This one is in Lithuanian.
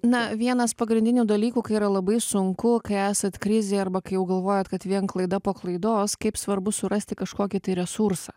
na vienas pagrindinių dalykų kai yra labai sunku kai esat krizėj arba kai jau galvojat kad vien klaida po klaidos kaip svarbu surasti kažkokį resursą